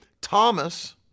Thomas